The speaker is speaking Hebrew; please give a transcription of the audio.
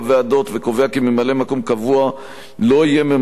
וקובע כי ממלא-מקום קבוע לא יהיה ממלא-מקום של